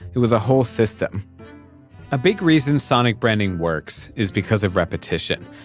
it was a whole system a big reason sonic branding works is because of repetition.